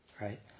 right